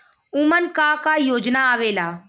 उमन का का योजना आवेला?